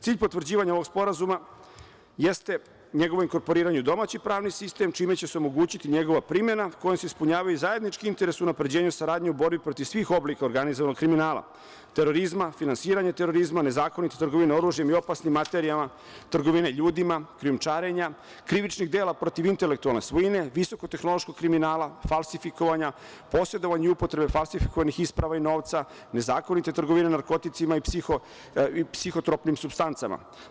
Cilj potvrđivanja ovog sporazuma jeste njegovo inkorporiranje u domaći pravni sistem, čime će se omogućiti njegova primena kojom se ispunjava zajednički interes u unapređenju saradnje u borbi protiv svih oblika organizovanog kriminala, terorizma, finansiranje terorizma, nezakonita trgovina oružjem i opasnim materijama, trgovine ljudima, krijumčarenja, krivičnih dela protiv intelektualne svojine, visokotehnološkog kriminala, falsifikovanja, posedovanje i upotrebe falsifikovanih isprava i novca, nezakonite trgovine narkoticima i psihotropnim supstancama.